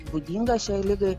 būdinga šiai ligai